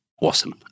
Awesome